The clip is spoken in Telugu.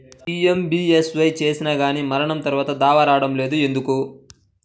పీ.ఎం.బీ.ఎస్.వై చేసినా కానీ మరణం తర్వాత దావా రావటం లేదు ఎందుకు?